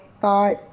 thought